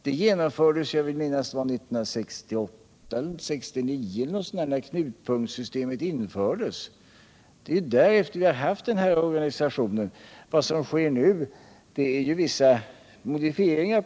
Om jag minns rätt har vi haft den här organisationen sedan 1968 eller 1969 när knutpunktssystemet infördes. Vad som nu sker är vissa modifieringar.